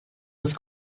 was